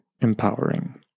empowering